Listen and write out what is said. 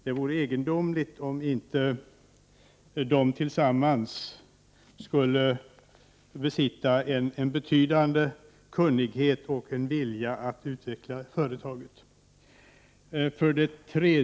Det vore egendomligt om inte de tillsammans skulle besitta en betydande kunnighet och en vilja att utveckla företaget.